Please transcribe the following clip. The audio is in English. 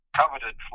coveted